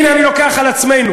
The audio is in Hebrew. הנה, אני לוקח על עצמנו,